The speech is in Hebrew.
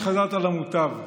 שחזרת למוטב,